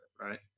right